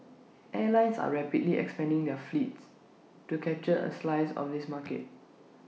airlines are rapidly expanding their fleets to capture A slice of this market